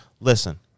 Listen